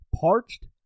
Parched